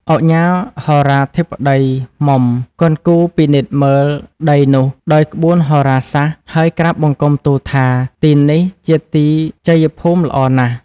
ឧកញ៉ាហោរាធិបតី មុំ គន់គូរពិនិត្យមើលដីនោះ ដោយក្បួនហោរាសាស្ត្រហើយក្រាបបង្គំទូលថា " ទីនេះជាទីជយភូមិល្អណាស់